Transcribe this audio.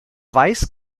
weiß